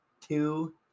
two